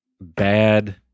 bad